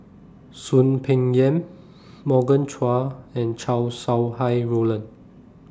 Soon Peng Yam Morgan Chua and Chow Sau Hai Roland